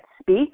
speak